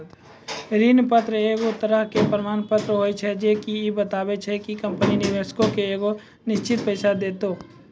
ऋण पत्र एक तरहो के प्रमाण पत्र होय छै जे की इ बताबै छै कि कंपनी निवेशको के एगो निश्चित पैसा देतै